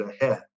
ahead